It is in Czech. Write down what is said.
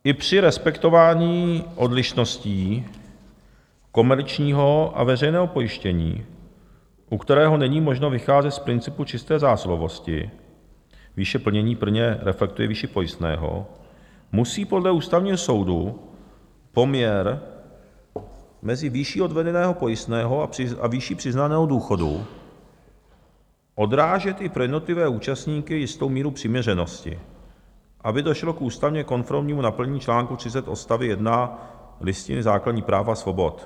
I při respektování odlišností komerčního a veřejného pojištění, u kterého není možno vycházet z principu čisté zásluhovosti, výše plnění plně reflektuje výši pojistného, musí podle Ústavního soudu poměr mezi výší odvedeného pojistného a výší přiznaného důchodu odrážet i pro jednotlivé účastníky jistou míru přiměřenosti, aby došlo k ústavně konformnímu naplnění čl. 30 odst. 1 Listiny základní práv a svobod.